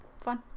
fun